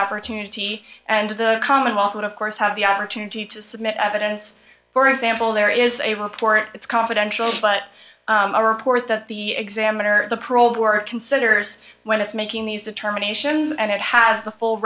opportunity and the commonwealth would of course have the opportunity to submit evidence for example there is a report that's confidential but a report that the examiner or the probe or considers when it's making these determinations and it has the full